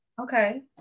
okay